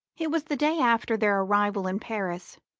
it was the day after their arrival in paris,